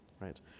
right